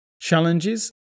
challenges